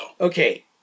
Okay